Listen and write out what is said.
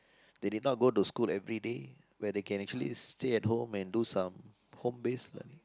they did not go to school everyday where they can actually stay at home and do some home base learn